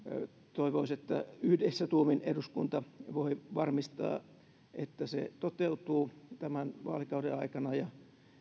toivoisi että yhdessä tuumin eduskunta voi varmistaa että se toteutuu tämän vaalikauden aikana ja